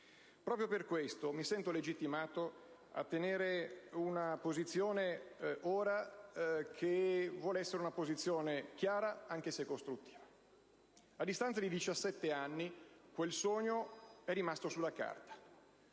Proprio per questo mi sento legittimato a tenere una posizione che vuole essere chiara e costruttiva. A distanza di 17 anni quel sogno è rimasto sulla carta.